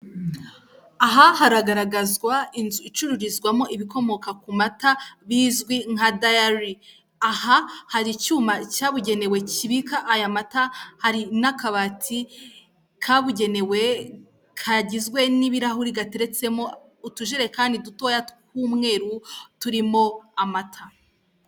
Aha haragaragazwa inzu icururizwamo ibikomoka ku mata bizwi nkadiyari. Aha, hari icyuma cyabugenewe kibika aya mata, hari n'akabati kabugenewe kagizwe n'ibirahuri gateretsemo utujerekani dutoya tw'umweru turimo amata.